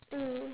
mm